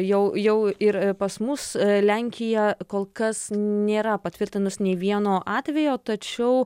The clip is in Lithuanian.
jau jau ir pas mus lenkija kol kas nėra patvirtinus nei vieno atvejo tačiau